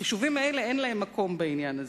החישובים האלה, אין להם מקום בעניין הזה.